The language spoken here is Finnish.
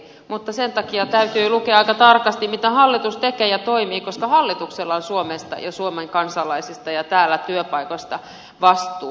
mutta sen takia täytyy lukea aika tarkasti mitä hallitus tekee ja miten se toimii koska hallituksella on suomesta ja suomen kansalaisista ja työpaikoista täällä vastuu